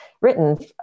written